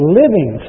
living